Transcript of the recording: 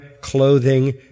clothing